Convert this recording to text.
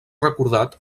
recordat